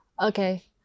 Okay